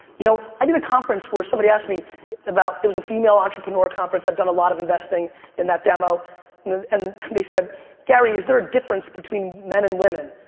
you know i did a conference where somebody asked me about, it was a female entrepreneur conference, i've done a lot of investing in that demo and they said gary is there a difference between men and women?